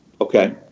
okay